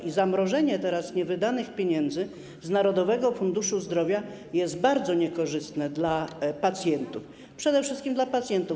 I zamrożenie teraz niewydanych pieniędzy z Narodowego Funduszu Zdrowia jest bardzo niekorzystne dla pacjentów, przede wszystkim dla pacjentów.